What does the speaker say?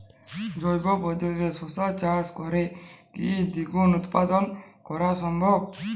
জৈব পদ্ধতিতে শশা চাষ করে কি দ্বিগুণ উৎপাদন করা সম্ভব?